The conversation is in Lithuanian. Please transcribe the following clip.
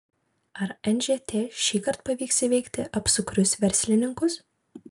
ar nžt šįkart pavyks įveikti apsukrius verslininkus